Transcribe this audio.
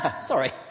sorry